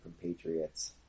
compatriots